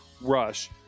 rush